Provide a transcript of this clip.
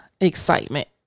excitement